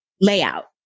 layout